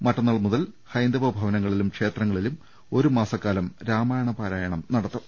മറ്റന്നാൾ മുതൽ ്ഹൈന്ദവ ഭവനങ്ങളിലും ക്ഷേത്രങ്ങളിലും ഒരു മാസക്കാലം രാമായണ പാരാ യണം നടത്തും